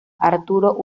arturo